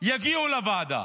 יגיעו לוועדה.